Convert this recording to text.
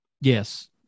Yes